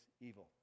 evil